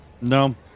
no